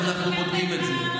אז אנחנו בודקים את זה.